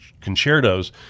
concertos